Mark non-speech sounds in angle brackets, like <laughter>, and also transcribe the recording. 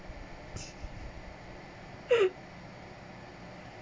<laughs>